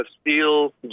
steel